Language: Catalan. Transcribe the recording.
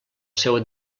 seua